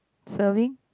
serving